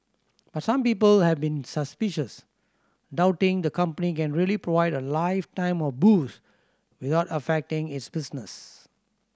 but some people have been suspicious doubting the company can really provide a lifetime of booze without affecting its business